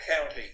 county